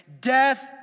Death